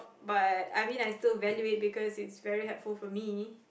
but I mean like still value it because it is still very helpful to me